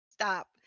Stop